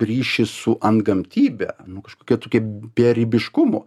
ryšį su antgamtybę nu kažkokia tokia beribiškumu